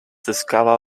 discover